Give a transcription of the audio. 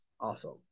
awesome